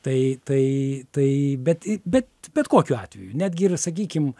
tai tai tai bet bet bet kokiu atveju netgi ir sakykim